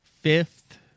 fifth